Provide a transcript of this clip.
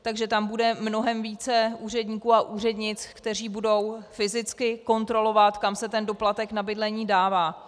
Takže tam bude mnohem více úředníků a úřednic, kteří budou fyzicky kontrolovat, kam se ten doplatek na bydlení dává.